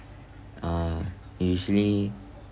uh usually